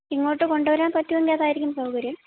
ഇങ്ങോട്ടു കൊണ്ടുവരാന് പറ്റുമെങ്കില് അതായിരിക്കും സൗകര്യം